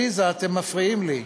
עליזה, אתם מפריעים לי.